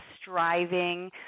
striving